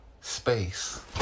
space